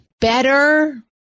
Better